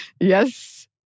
Yes